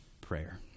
prayer